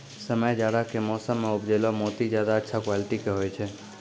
समय जाड़ा के मौसम मॅ उपजैलो मोती ज्यादा अच्छा क्वालिटी के होय छै